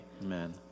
amen